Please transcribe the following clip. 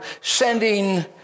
sending